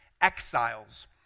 exiles